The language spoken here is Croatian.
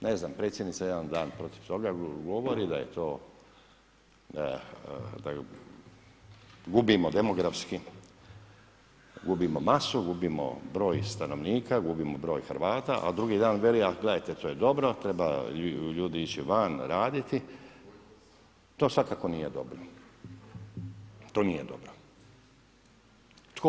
Ne znam, predsjednica je jedan dan protiv toga, govori da je to, da budimo demografski, gubimo masu, gubimo broj stanovnika, gubimo broj Hrvata a drugi dan veli, a gledajte, to je dobro, trebaju ljudi ići van, raditi, to svakako nije dobro, to nije dobro.